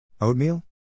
Oatmeal